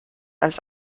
als